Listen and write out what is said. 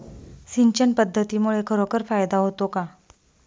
सिंचन पद्धतीमुळे खरोखर फायदा होतो का?